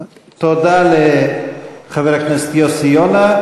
תודה לחבר הכנסת יוסי יונה.